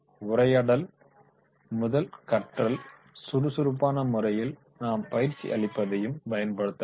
உரையாடல் மூலம் கற்றல் சுறுசுறுப்பான முறையில் நாம் பயிற்சி அளிப்பதைப் பயன்படுத்தலாம்